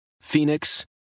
Phoenix